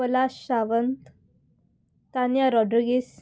Palash Sawant Tanya Rodrigues